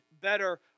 better